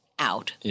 Out